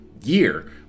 year